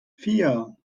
vier